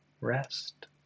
rest